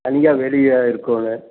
தனியாக வெளியே இருக்கணும்